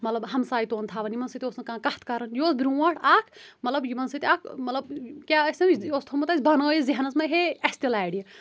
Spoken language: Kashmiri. مَطلَب ہَمساے تون تھاوان یِمن سۭتۍ اوس نہٕ کانٛہہ کَتھ کَران یہِ اوس برٛونٛٹھ اَکھ مَطلَب یِمن سۭتۍ اَکھ مطلَب کیا ٲسۍ یہِ یہِ اوس تھومُت بنٲیِتھ اَسہِ ذٮ۪ہنَن منٛز ہے اسۍ تہِ لارِ یہِ